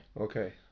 okay